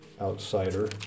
outsider